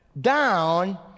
Down